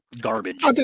garbage